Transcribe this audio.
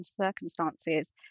circumstances